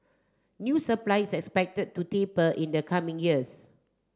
new supply is expected to taper in the coming years